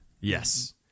Yes